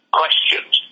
questions